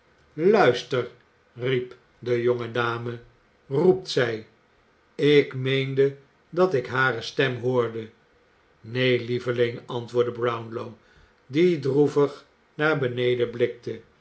luister riep de jonge dame roept zij ik meende dat ik hare stem hoorde j neen lieveling antwoordde brownlow die droevig naar beneden blikte zij